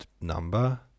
number